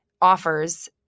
offers